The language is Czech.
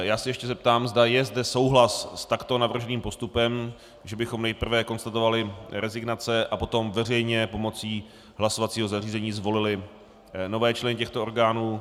Já se ještě zeptám, zda je zde souhlas s takto navrženým postupem, že bychom nejprve konstatovali rezignace a potom veřejně pomocí hlasovacího zařízení zvolili nové členy těchto orgánů.